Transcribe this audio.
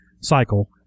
cycle